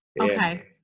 Okay